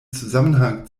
zusammenhang